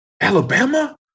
Alabama